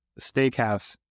Steakhouse